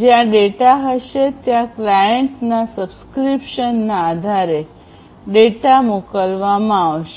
જ્યાં ડેટા હશે ત્યાં ક્લાયંટના સબ્સ્ક્રિપ્શનના આધારે ડેટા મોકલવામાં આવશે